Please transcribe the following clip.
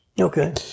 Okay